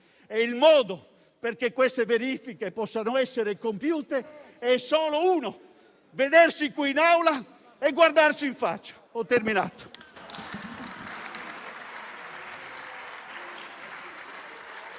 Il modo per cui queste verifiche possano essere compiute è solo uno: vedersi qui in Aula e guardarsi in faccia. *(Applausi.